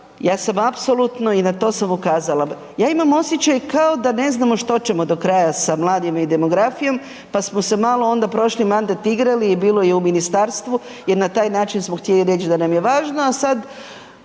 ja sam apsolutno i na to sam ukazala. Ja imam osjećaj kao da ne znamo što ćemo do kraja sa mladima i demografijom pa smo se malo onda prošli mandat igrali i bilo je u ministarstvu jer na taj način smo htjeli reći da nam je važno, a sad